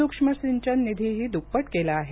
सूक्ष्म सिंचन निधीही दुप्पट कला आहे